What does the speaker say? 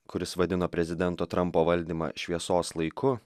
kuris vadino prezidento trumpo valdymą šviesos laiku